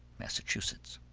massachusetts.